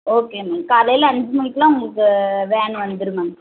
okay ma'am காலையில் அஞ்சு மணிக்கெலாம் உங்களுக்கு வேன் வந்துடும் மேம்